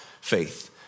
faith